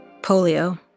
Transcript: Polio